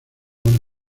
una